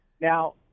Now